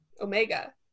Omega